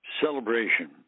celebration